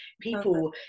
people